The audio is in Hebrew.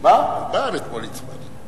על מה הצבענו אתמול?